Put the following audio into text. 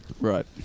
Right